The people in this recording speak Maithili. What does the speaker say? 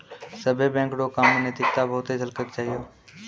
सभ्भे बैंक रो काम मे नैतिकता बहुते झलकै के चाहियो